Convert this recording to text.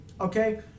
Okay